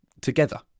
together